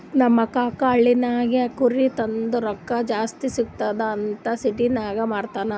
ನಮ್ ಕಾಕಾ ಹಳ್ಳಿನಾಗಿಂದ್ ಕುರಿ ತಂದು ರೊಕ್ಕಾ ಜಾಸ್ತಿ ಸಿಗ್ತುದ್ ಅಂತ್ ಸಿಟಿನಾಗ್ ಮಾರ್ತಾರ್